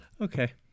okay